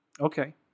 Okay